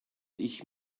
ich